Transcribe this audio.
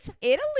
Italy